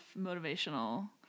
motivational